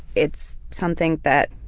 it's something that